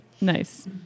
Nice